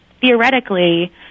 theoretically